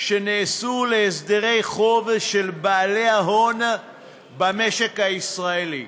שנעשו להסדרי חוב של בעלי ההון במשק הישראלי.